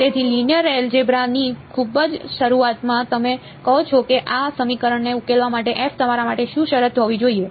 તેથી linear algebra ની ખૂબ જ શરૂઆતમાં તમે કહો છો કે આ સમીકરણને ઉકેલવા માટે તમારા માટે શું શરત હોવી જોઈએ